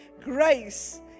grace